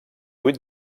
vuit